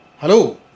Hello